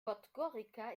podgorica